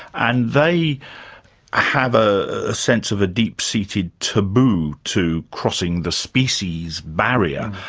and they have ah a sense of a deep-seated taboo to crossing the species barrier.